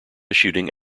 shooting